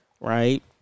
right